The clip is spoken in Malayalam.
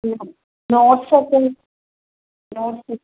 നോട്ട്സൊക്കെ നോട്ട്സ്